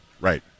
Right